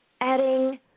Adding